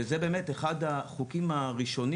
ואחד התחומים הראשונים